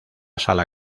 sala